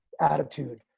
attitude